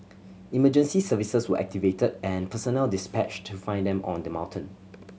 emergency services were activated and personnel dispatched to find them on the mountain